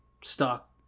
stuck